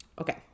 Okay